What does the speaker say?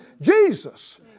Jesus